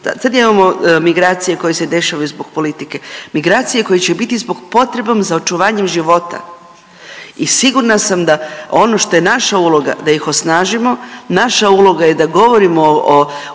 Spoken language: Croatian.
sad imamo migracije koje se dešavaju zbog politike, migracije koje će biti zbog potrebe za očuvanjem života i sigurna sam da ono što je naša uloga da ih osnažimo, naša uloga je da govorimo uopće